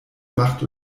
macht